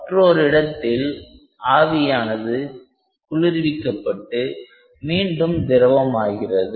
மற்றோரிடத்தில் ஆவியானது குளிர்விக்கப்பட்டு மீண்டும் திரவம் ஆகிறது